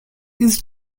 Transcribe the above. his